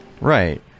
Right